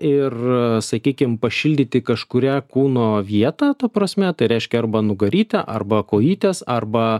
ir sakykim pašildyti kažkurią kūno vietą ta prasme tai reiškia arba nugarytę arba kojytes arba